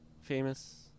famous